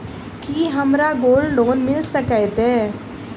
की हमरा gold loan मिल सकैत ये?